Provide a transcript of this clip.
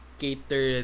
cater